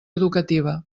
educativa